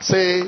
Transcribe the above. Say